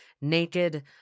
naked